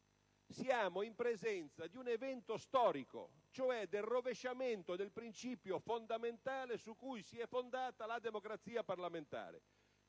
Siamo in presenza di un evento storico, cioè del rovesciamento del principio fondamentale su cui si è fondata la democrazia parlamentare.